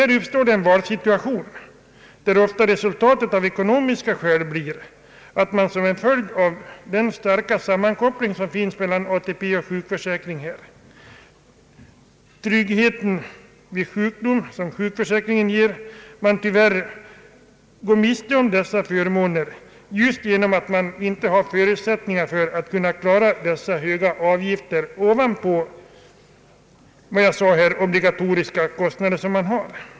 Det uppstår en valsituation där ofta resultatet av ekonomiska skäl blir att man som en följd av den starka sammankoppling som finns mellan ATP och sjukförsäkringen går miste om den trygghet och de förmåner som sjukförsäkringen ger. Man har inte förutsättningar att klara dessa höga avgifter ovanpå de obligatoriska kostnader som man har.